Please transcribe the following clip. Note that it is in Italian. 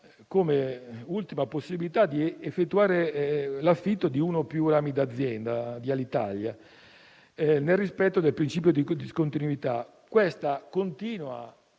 come ultima possibilità, quella di effettuare l'affitto di uno più rami d'azienda di Alitalia, nel rispetto del principio di discontinuità. Questa opzione